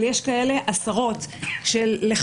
אבל יש כאלה עשרות לחבר.